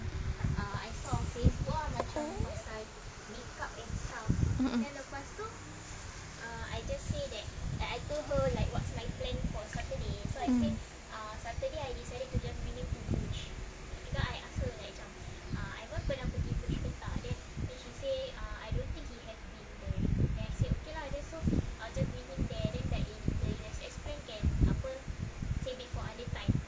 mmhmm mm